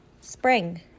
Spring